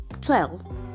twelve